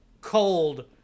cold